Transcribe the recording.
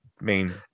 main